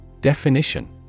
Definition